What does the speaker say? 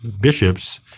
bishops